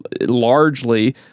largely